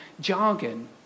jargon